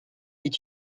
est